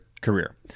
career